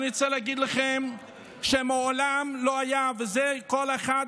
אני רוצה להגיד לכם שמעולם לא היה, ואת זה כל אחד